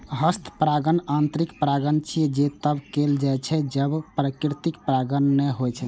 हस्त परागण यांत्रिक परागण छियै, जे तब कैल जाइ छै, जब प्राकृतिक परागण नै होइ छै